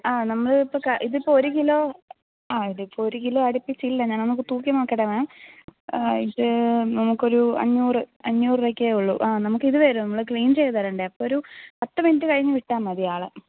ആ നമ്മൾ ഇപ്പം ഇതിപ്പം ഒരു കിലോ ആ ഇതിപ്പോൾ ഒരു കിലോ അടുപ്പിച്ചില്ല ഞാൻ ഒന്ന് തൂക്കി നോക്കട്ടെ മാം ഇത് നമുക്കൊരു അഞ്ഞൂറ് അഞ്ഞൂറ് രൂപ ഒക്കെ ഉള്ളൂ നമുക്കിത് ക്ലീൻ ചെയ്ത് തരേണ്ടേ അപ്പം ഒരു പത്ത് മിനിറ്റ് കഴിഞ്ഞ് വിട്ടാൽ മതി ആളെ